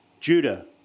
Judah